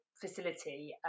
facility